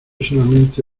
solamente